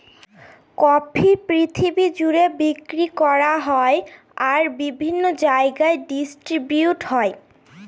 coffee পৃথিবী জুড়ে বিক্রি করা হয় আর বিভিন্ন জায়গায় ডিস্ট্রিবিউট হয়